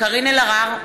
קארין אלהרר,